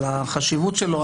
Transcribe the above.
על החשיבות שלו,